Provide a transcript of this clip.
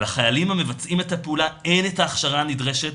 לחיילים המבצעים את הפעולה אין את ההכשרה הנדרשת,